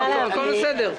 בסדר.